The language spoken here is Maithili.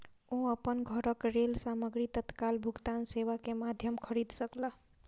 ओ अपन घरक लेल सामग्री तत्काल भुगतान सेवा के माध्यम खरीद सकला